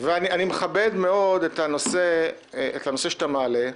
אני מכבד מאוד את הנושא שאתה מעלה.